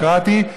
אנטי-דמוקרטי,